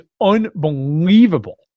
unbelievable